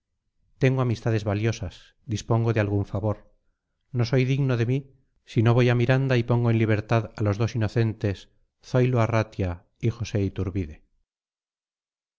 tengo amistades valiosas dispongo de algún favor no soy digno de mí si no voy a miranda y pongo en libertad a los dos inocentes zoilo arratia y josé iturbide